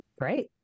great